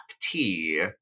tea